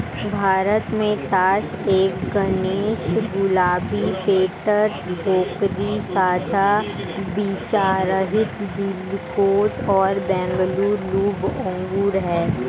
भारत में तास ए गणेश, गुलाबी, पेर्लेट, भोकरी, साझा बीजरहित, दिलखुश और बैंगलोर ब्लू अंगूर हैं